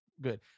good